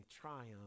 triumph